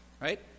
right